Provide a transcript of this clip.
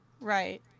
Right